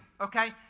okay